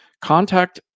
Contact